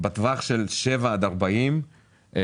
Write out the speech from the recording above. בטווח של 7 עד 40 קילומטר,